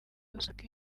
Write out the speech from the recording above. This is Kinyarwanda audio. usanga